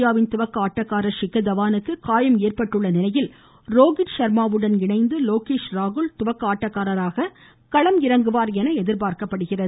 இந்தியாவின் துவக்க ஆட்டக்காரர் விக்கர் தவானுக்கு காயம் ஏற்பட்டுள்ள நிலையில் ரோஹித் ஷா்மாவுடன் இணைந்து லோகேஷ் ராகுல் துவக்க ஆட்டக்காரராக களம் இறங்குவார் என எதிர்பார்க்கப்படுகிறது